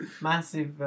massive